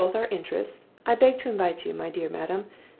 in both our interests, i beg to invite you, my dear madam,